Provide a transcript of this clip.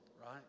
right